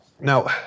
Now